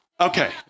Okay